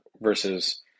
versus